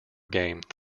game